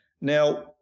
Now